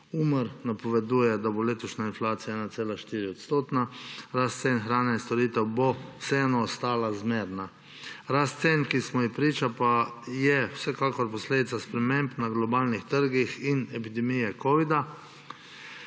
Umar napoveduje, da bo letošnja inflacija 1,4-odstotna, rast cen hrane in storitev bo vseeno ostala zmerna. Rast cen, ki smo ji priča, pa je vsekakor posledica sprememb na globalnih trgih in epidemije covida.